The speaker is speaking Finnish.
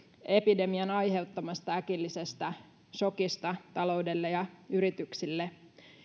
epidemian aiheuttamasta äkillisestä sokista taloudelle ja yrityksille